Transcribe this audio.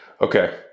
okay